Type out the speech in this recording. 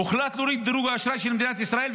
הוחלט להוריד את דירוג האשראי של מדינת ישראל,